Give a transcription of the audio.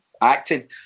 acting